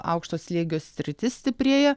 aukšto slėgio sritis stiprėja